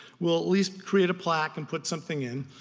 we'll at least create a plaque and put something in.